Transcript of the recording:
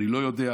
אני לא יודע.